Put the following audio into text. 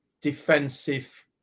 defensive